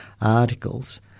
articles